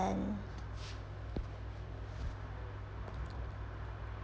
then